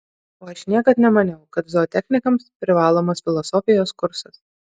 o aš niekad nemaniau kad zootechnikams privalomas filosofijos kursas